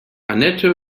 annette